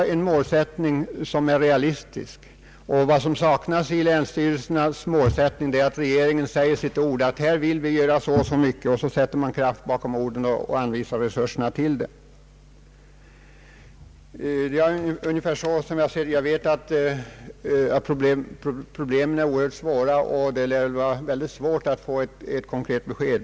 Detta bör dock bli undantag. I regel blir det dock en mer positiv målsättning, hoppas jag. Vad som saknas är att regeringen talar om för länsstyrelserna vilka åtgärder man är beredd att vidtaga och sätter kraft bakom orden genom att anvisa medel för åtgärdernas genomförande. Jag är medveten om att problemen är mycket stora, och det lär vara svårt att få ett konkret besked.